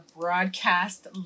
broadcast